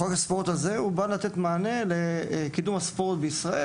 חוק הספורט הזה בא לתת מענה לקידום הספורט בישראל,